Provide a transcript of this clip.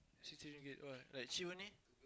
sixty ringgit what like cheap only